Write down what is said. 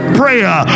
prayer